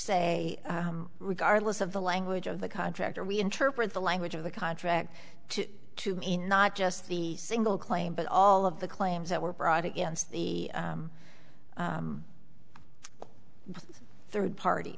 say regardless of the language of the contract or we interpret the language of the contract to to mean not just the single claim but all of the claims that were brought against the third party